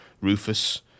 Rufus